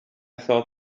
thought